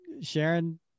Sharon